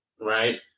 Right